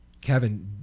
Kevin